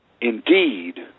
indeed